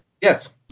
Yes